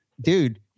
dude